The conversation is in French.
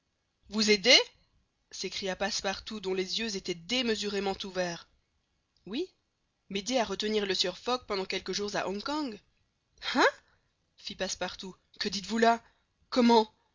vous aider s'écria passepartout dont les yeux étaient démesurément ouverts oui m'aider à retenir le sieur fogg pendant quelques jours à hong kong hein fit passepartout que dites-vous là comment